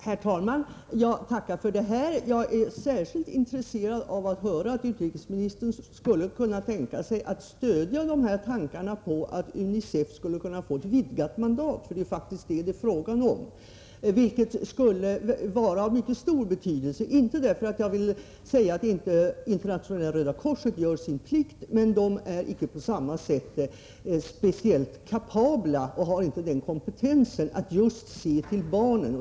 Herr talman! Jag tackar för detta. Det var särskilt intressant att höra att utrikesministern skulle kunna tänka sig att stödja tankarna på att ge UNICEF ett vidgat mandat — det är faktiskt detta det handlar om. Detta skulle vara av mycket stor betydelse. Jag vill inte säga att inte Internationella röda korset gör sin plikt, men organisationen är inte på samma sätt kapabel och har inte kompetensen att se till just barnen.